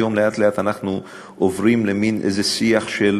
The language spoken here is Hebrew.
היום לאט-לאט אנחנו עוברים למין שיח של: